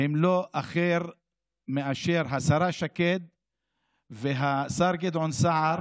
הם לא אחר מאשר השרה שקד והשר גדעון סער,